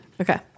Okay